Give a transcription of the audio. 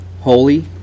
holy